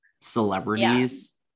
celebrities